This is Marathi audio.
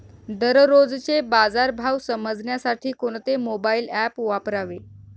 दररोजचे बाजार भाव समजण्यासाठी कोणते मोबाईल ॲप वापरावे?